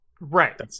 Right